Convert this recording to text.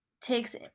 takes